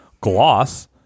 Gloss